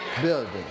building